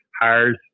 hires